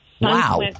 Wow